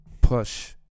push